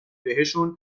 بهشون